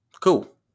Cool